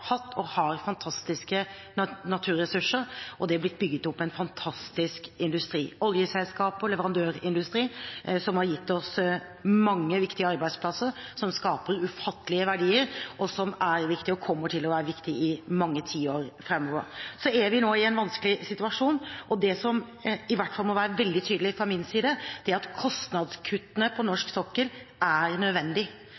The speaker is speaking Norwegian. hatt og har fantastiske naturressurser, og det er blitt bygd opp en fantastisk industri, oljeselskaper og leverandørindustri, som har gitt oss mange viktige arbeidsplasser som skaper ufattelige verdier, og som er viktige og kommer til å være viktige i mange tiår framover. Så er vi nå i en vanskelig situasjon, og det som i hvert fall må være veldig tydelig fra min side, er at kostnadskuttene på